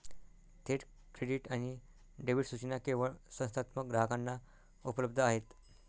थेट क्रेडिट आणि डेबिट सूचना केवळ संस्थात्मक ग्राहकांना उपलब्ध आहेत